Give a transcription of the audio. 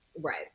Right